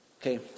Okay